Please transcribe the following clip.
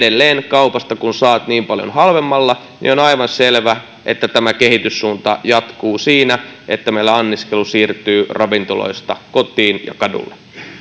edelleen kaupasta saat niin paljon halvemmalla niin on aivan selvä että tämä kehityssuunta jatkuu siinä että meillä anniskelu siirtyy ravintoloista kotiin ja kadulle